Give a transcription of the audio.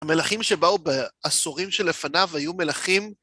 המלכים שבאו בעשורים שלפניו היו מלכים...